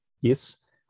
yes